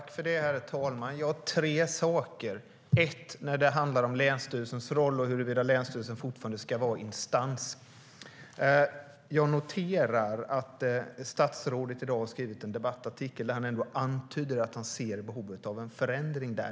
Herr talman! Jag ska ta upp tre saker. Det första som jag vill ta upp handlar om länsstyrelsens roll och huruvida länsstyrelsen fortfarande ska vara instans. Jag noterar att statsrådet i dag har skrivit en debattartikel där han ändå antyder att han ser ett behov av en förändring.